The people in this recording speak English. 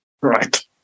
Right